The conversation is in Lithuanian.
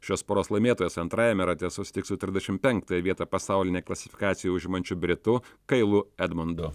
šios poros laimėtojas antrajame rate susitiks su trisdešim penktąją vietą pasaulinėj klasifikacijoj užimančiu britu kailu edmundu